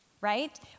right